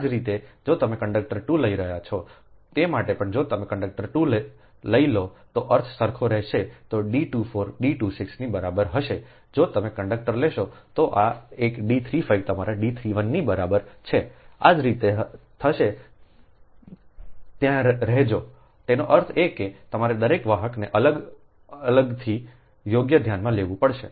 આ જ રીતે જો તમે કંડક્ટર 2 લઈ રહ્યા છો તે માટે પણ જો તમે કંડક્ટર 2 લઈ લો તો અર્થ સરખો રહેશે તો D 24 D 26 ની બરાબર હશે જો તમે કંડક્ટર લેશો તો આ એક D 35 તમારા D 31 ની બરાબર છે આ રીતે તે થશે ત્યાં રહેજોતેનો અર્થ એ કે તમારે દરેક વાહકને અલગથી યોગ્ય ધ્યાનમાં લેવું પડશે